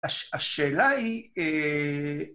השאלה היא...